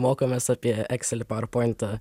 mokomės apie ekselį ar pointą